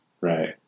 right